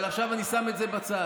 אבל עכשיו אני שם את זה בצד.